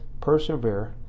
persevere